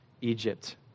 Egypt